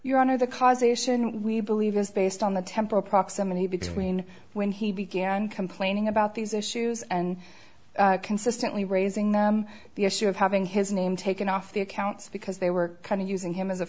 your honor the cause ation we believe is based on the temporal proximity between when he began complaining about these issues and consistently raising them the issue of having his name taken off the accounts because they were kind of using him